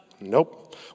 Nope